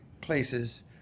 places